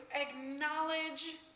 acknowledge